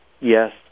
Yes